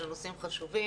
אלה נושאים חשובים,